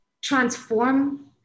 transform